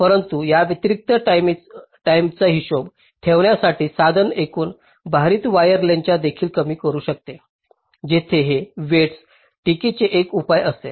परंतु याव्यतिरिक्त टाईमेचा हिशेब ठेवण्यासाठी साधन एकूण भारित वायर लेंग्थस देखील कमी करू शकते जिथे हे वेईटस टीकेचे एक उपाय असेल